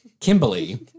Kimberly